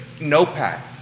Notepad